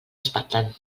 espatlen